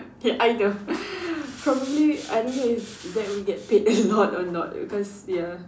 ya I know probably I don't know if that will get paid a lot or not because ya